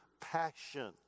passion